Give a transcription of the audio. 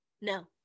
no